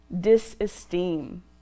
disesteem